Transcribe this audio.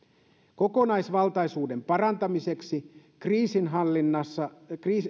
kokonaisvaltaisuuden parantamiseksi kriisinhallinnassa